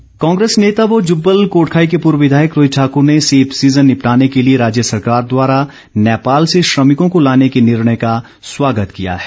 रोहित ठाकुर कांग्रेस नेता व जुब्बल कोटखाई के पूर्व विधायक रोहित ठाकुर ने सेब सीजन निपटाने के लिए राज्य सरकार द्वारा नेपाल से श्रमिकों को लाने के निर्णय का स्वागत किया है